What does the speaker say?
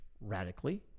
radically